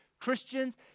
Christians